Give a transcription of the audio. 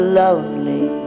lonely